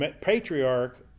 patriarch